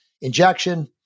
injection